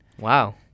Wow